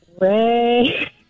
Ray